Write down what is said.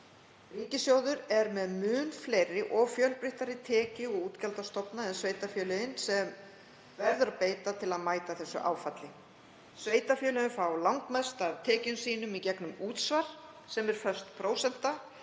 Ríkissjóður er með mun fleiri og fjölbreyttari tekju- og útgjaldastofna en sveitarfélögin sem verður að beita til að mæta þessu áfalli. Sveitarfélögin fá langmest af tekjum sínum í gegnum útsvar, sem er föst prósenta.